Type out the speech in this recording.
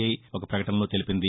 I ఒక ప్రకటనలో తెలిపింది